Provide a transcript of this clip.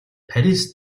парис